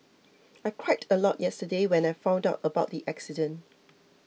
I cried a lot yesterday when I found out about the accident